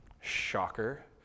Shocker